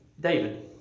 David